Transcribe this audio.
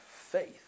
faith